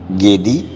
gedi